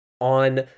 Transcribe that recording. on